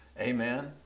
Amen